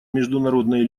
международной